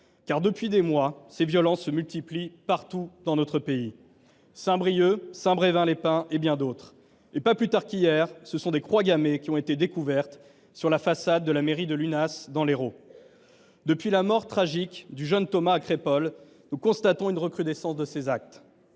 Depuis des mois, ces violences se multiplient partout dans notre pays : à Saint Brieuc, à Saint Brevin les Pins et dans bien d’autres lieux encore. Pas plus tard qu’hier, ce sont des croix gammées qui ont été découvertes sur la façade de la mairie de Lunas, dans l’Hérault. Depuis la mort tragique du jeune Thomas, à Crépol, nous constatons une recrudescence de ces actes.